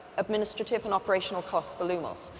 administrative and operational costs for lumos.